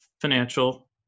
financial